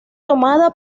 tomada